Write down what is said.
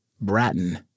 Bratton